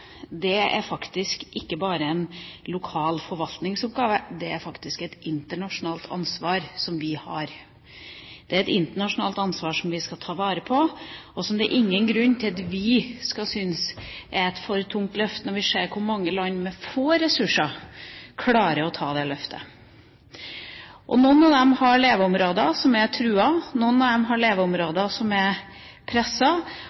er ikke bare en lokal forvaltningsoppgave – det er faktisk et internasjonalt ansvar som vi har. Det er et internasjonalt ansvar som vi skal ta vare på, og som det ikke er noen grunn til at vi skal syns er et for tungt løft når vi ser hvor mange land som med få ressurser klarer å ta det løftet. Noen av artene har leveområder som er truet, noen av dem har